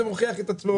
זה מוכיח את עצמו,